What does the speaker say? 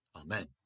Amen